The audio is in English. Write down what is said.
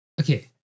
okay